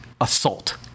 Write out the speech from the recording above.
assault